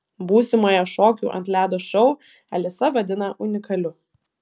būsimąją šokių ant ledo šou alisa vadina unikaliu